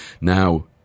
Now